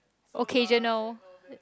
occasional